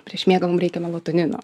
prieš miegą mum reikia melatonino